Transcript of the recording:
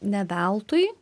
ne veltui